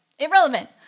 irrelevant